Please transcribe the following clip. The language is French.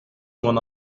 mon